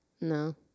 No